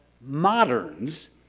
moderns